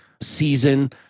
season